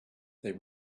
they